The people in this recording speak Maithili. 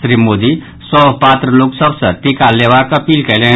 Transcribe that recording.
श्री मोदी सभ पात्र लोक सभ सँ टीका लेबाक अपील कयलनि